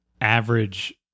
average